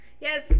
yes